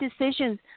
decisions